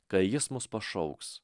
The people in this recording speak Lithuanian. kai jis mus pašauks